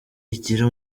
igira